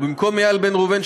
ובמקום איל בן ראובן,